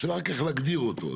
שרק צריך להגדיר אותו.